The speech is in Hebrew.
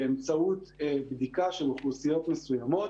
באמצעות בדיקה של אוכלוסיות מסוימות